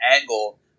angle